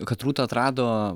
kad rūta atrado